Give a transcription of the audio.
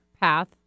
path